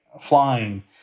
Flying